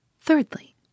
Thirdly